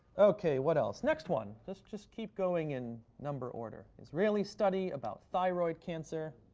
ok. what else? next one. let's just keep going in number order. israeli study about thyroid cancer.